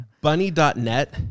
Bunny.net